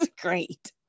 great